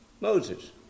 Moses